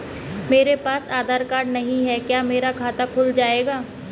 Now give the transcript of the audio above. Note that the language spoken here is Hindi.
मेरे पास आधार कार्ड नहीं है क्या मेरा खाता खुल जाएगा?